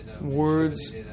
words